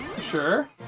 Sure